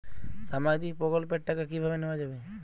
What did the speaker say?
সামাজিক প্রকল্পের টাকা কিভাবে নেওয়া যাবে?